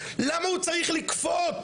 למה הוא צריך לקפוא?